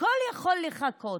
הכול יכול לחכות.